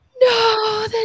no